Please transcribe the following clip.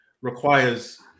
requires